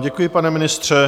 Děkuji vám, pane ministře.